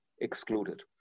excluded